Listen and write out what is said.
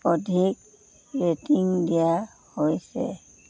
অধিক ৰেটিং দিয়া হৈছে